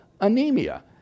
anemia